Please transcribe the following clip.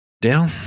dale